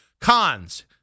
Cons